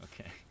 Okay